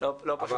לא פשוט.